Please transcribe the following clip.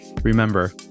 remember